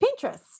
Pinterest